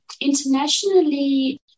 internationally